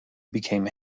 became